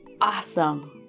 Awesome